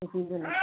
कथी भेलय